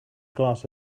glass